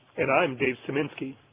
and i'm dave sieminski.